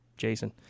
Jason